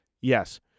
Yes